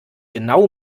genau